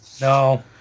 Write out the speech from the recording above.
No